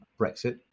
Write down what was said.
Brexit